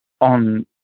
on